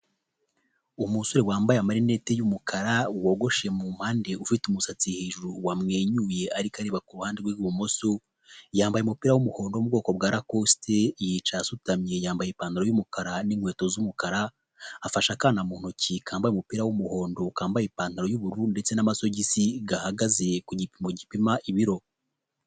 Umusore wambaye amarinete y'umukara wogoshe mu mpande ufite umusatsi hejuru wamwenyuye ariko areba k'uruhande rw'ibumoso, yambaye umupira w'umuhondo wo mu bwoko bwa Rokosite, yicaye asutamye yambaye ipantaro y'umukara n'inkweto z'umukara afashe akana mu ntoki kambaye umupira w'umuhondo, kambaye ipantaro y'ubururu ndetse n'amasogisi gahagaze ku gipimo gipima ibiro.